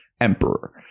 emperor